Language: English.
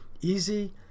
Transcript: easy